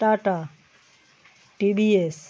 tata TDS